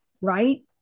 right